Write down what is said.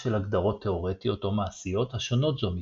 של הגדרות תאורטיות או מעשיות השונות זו מזו.